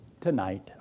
tonight